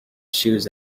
shoes